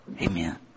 Amen